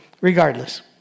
Regardless